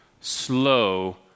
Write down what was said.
slow